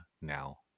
now